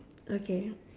okay